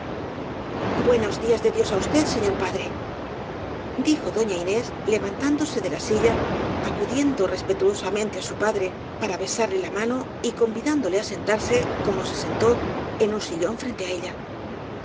buenos días dé dios á usted señor padre dijo doña inés levantándose de la silla acudiendo respetuosamente á su padre para besarle la mano y convidándole á sentarse como se sentó en un sillón frente de ella